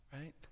right